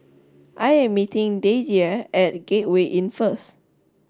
I am meeting Daisye at Gateway Inn first